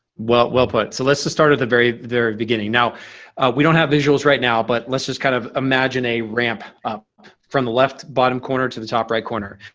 well well put. so let's just start at the very very beginning. now we don't have visuals right now but let's just kind of imagine a ramp up from the left bottom corner to the top right corner.